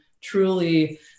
truly